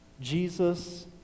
Jesus